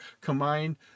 combined